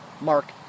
Mark